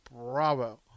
bravo